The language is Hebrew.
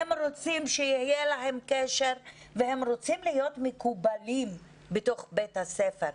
הם רוצים שיהיה להם קשר והם רוצים להיות מקובלים בתוך בית הספר.